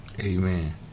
Amen